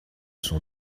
son